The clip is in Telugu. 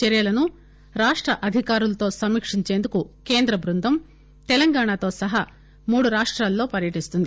చర్యలను రాష్ట అధికారులతో సమీక్షించేందుకు కేంద్ర బృందం తెలంగాణ సహా మూడు రాష్టాలలో పర్యటిస్తుంది